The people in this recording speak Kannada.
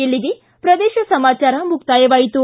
ಇಲ್ಲಿಗೆ ಪ್ರದೇಶ ಸಮಾಚಾರ ಮುಕ್ತಾಯವಾಯಿತು